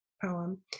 poem